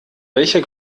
welcher